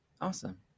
Awesome